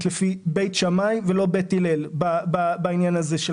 לפי בית שמאי ולא לפי בית הלל בעניין הזה.